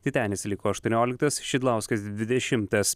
titenis liko aštuonioliktas šidlauskas dvidešimas